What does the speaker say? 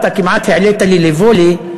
אתה כמעט העלית לי לוולי.